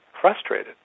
frustrated